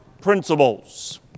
principles